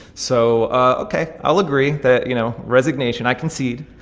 so ah ok, i'll agree that, you know resignation i concede.